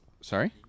sorry